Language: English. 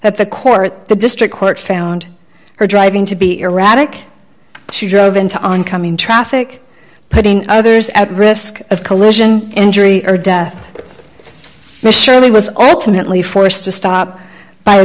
that the court the district court found her driving to be erratic she drove into oncoming traffic putting others at risk of collision injury or death surely was ultimately forced to stop by a